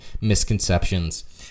misconceptions